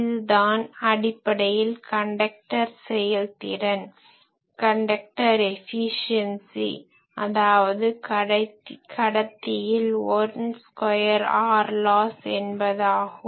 இதுதான் அடிப்படையில் கன்டக்டர் செயல்திறன் அதாவது கடத்தியில் I ஸ்கொயர் Rloss என்பதாகும்